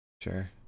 sure